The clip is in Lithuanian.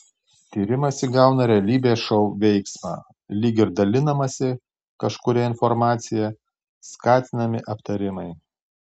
tyrimas įgauną realybės šou veiksmą lyg ir dalinamasi kažkuria informacija skatinami aptarimai